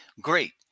Great